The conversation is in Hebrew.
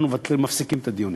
אנחנו מפסיקים את הדיונים,